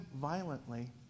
violently